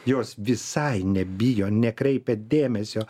jos visai nebijo nekreipia dėmesio